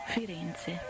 Firenze